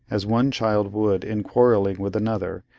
as one child would in quarrelling with another,